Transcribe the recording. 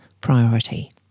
priority